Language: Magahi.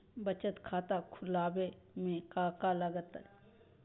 बचत खाता खुला बे में का का लागत?